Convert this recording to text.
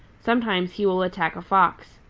sometimes he will attack a fox.